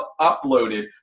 uploaded